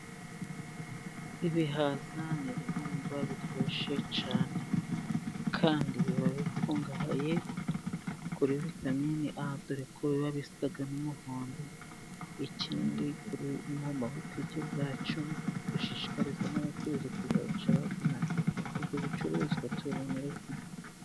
Ibihaza nibihingwa biryoshye cyane kandi biba bikungahaye kuri vitamini A, dore ko babisa n'umuhondo ikindi mu mabutike yacu dushishikariza n'abacuruzi kuzaruho ku kubizana ibyo bicuruzwa tubonere kugihe.